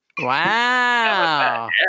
Wow